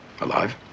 Alive